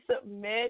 submit